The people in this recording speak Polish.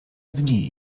dni